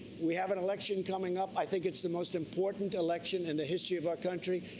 we have an election coming up. i think it's the most important election in the history of our country.